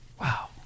Wow